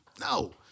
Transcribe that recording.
No